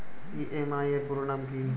EMI এর পুরোনাম কী?